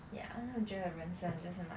ya 会觉得人身就是蛮